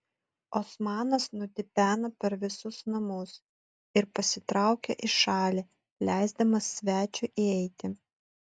osmanas nutipeno per visus namus ir pasitraukė į šalį leisdamas svečiui įeiti